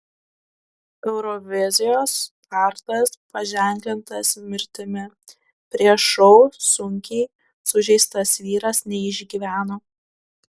eurovizijos startas paženklintas mirtimi prieš šou sunkiai sužeistas vyras neišgyveno